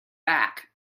back